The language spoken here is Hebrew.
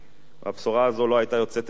הבשורה הזאת לא היתה יוצאת אל הפועל.